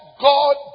God